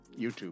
youtube